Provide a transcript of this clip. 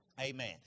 Amen